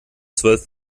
zwölf